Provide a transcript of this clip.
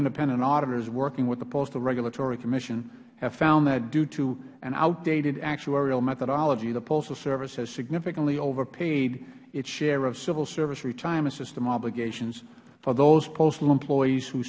independent auditors working with the postal regulatory commission have found that due to an outdated actuarial methodology the postal service has significantly overpaid its share of civil service retirement system obligations for those postal employees who